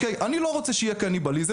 אני לא רוצה שיהיה קניבליזם,